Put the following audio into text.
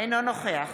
אינו נוכח